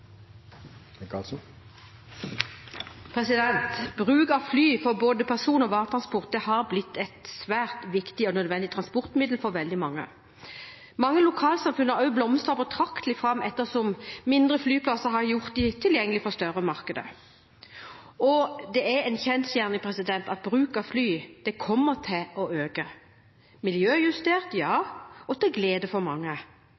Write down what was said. Avinor. Bruk av fly for både person- og varetransport har blitt et svært viktig og nødvendig transportmiddel for veldig mange. Mange lokalsamfunn har også blomstret betraktelig fram ettersom mindre flyplasser har gjort dem tilgjengelige for større markeder. Det er en kjensgjerning at bruk av fly kommer til å øke. Miljøjustert? Ja. Og til glede for mange